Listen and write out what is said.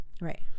Right